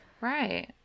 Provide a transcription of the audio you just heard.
right